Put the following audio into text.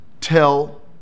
tell